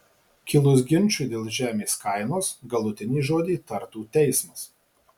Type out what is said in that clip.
kilus ginčui dėl žemės kainos galutinį žodį tartų teismas